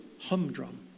humdrum